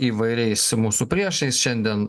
įvairiais mūsų priešais šiandien